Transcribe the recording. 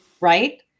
right